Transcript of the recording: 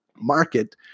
market